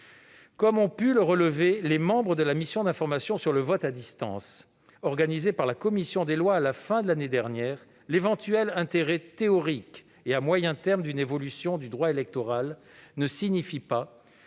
Comme ont pu le relever les membres de la mission d'information sur le vote à distance mise en place par la commission des lois à la fin de l'année dernière, l'éventuel intérêt théorique et à moyen terme d'une évolution du droit électoral ne signifie pas